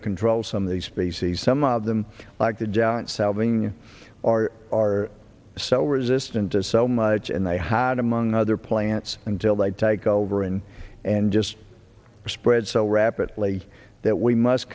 to control some of these species some of them like the giant salving or are so resistant to so much and they had among other plants until they take over and and just spread so rapidly that we must